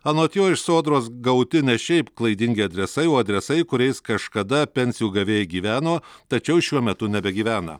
anot jo iš sodros gauti ne šiaip klaidingi adresai o adresai kuriais kažkada pensijų gavėjai gyveno tačiau šiuo metu nebegyvena